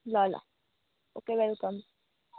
ल ल okay welcome